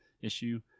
issue